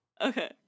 Okay